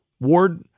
Ward